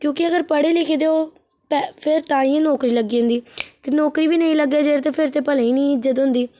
क्योंकि अगर पढ़े लिखे दे ओ फिर ताहियें नौकरी लग्गी जंदी ते नौकरी बी नी लग्गे जे ते फिर ते भलेआं ही नी इज्जत होंदी